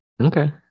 okay